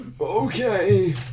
Okay